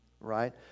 right